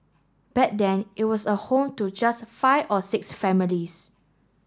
back then it was a home to just five or six families